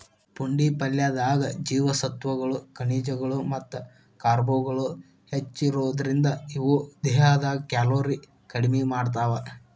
ಪುಂಡಿ ಪಲ್ಲೆದಾಗ ಜೇವಸತ್ವಗಳು, ಖನಿಜಗಳು ಮತ್ತ ಕಾರ್ಬ್ಗಳು ಹೆಚ್ಚಿರೋದ್ರಿಂದ, ಇವು ದೇಹದ ಕ್ಯಾಲೋರಿ ಕಡಿಮಿ ಮಾಡ್ತಾವ